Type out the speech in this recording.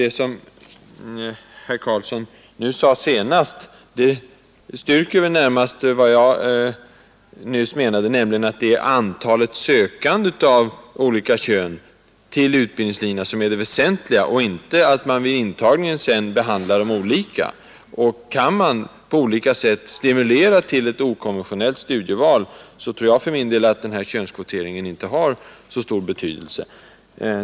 Det som statsrådet Carlsson nu senast sade, styrker närmast den mening jag nyss framförde, nämligen att det är antalet sökande av olika kön till utbildningslinjerna som är det väsentliga, inte det förhållandet att man sedan vid intagningen behandlar de sökande olika. Kan man på olika sätt stimulera till ett okonventionellt studieval, tror jag för min del att denna könskvotering inte har så stor betydelse.